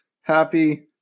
happy